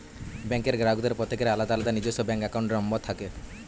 ব্যাঙ্কের গ্রাহকদের প্রত্যেকের আলাদা আলাদা নিজস্ব ব্যাঙ্ক অ্যাকাউন্ট নম্বর থাকে